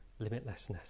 limitlessness